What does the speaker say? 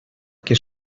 que